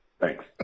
Thanks